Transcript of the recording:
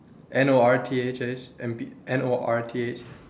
N O R T H S and N O R T H